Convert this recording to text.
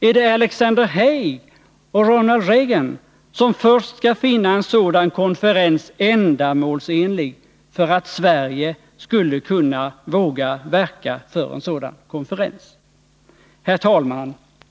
Är det Alexander Haig och Ronald Reagan som först skall finna konferensen ändamålsenlig för att Sverige skulle kunna våga verka för en sådan konferens? Herr talman!